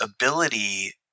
ability